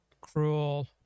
cruel